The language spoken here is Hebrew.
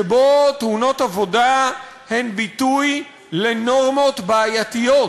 שבו תאונות עבודה הן ביטוי לנורמות בעייתיות